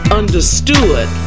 understood